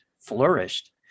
flourished